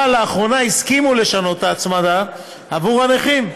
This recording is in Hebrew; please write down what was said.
אבל לאחרונה הסכימו לשנות את ההצמדה עבור הנכים.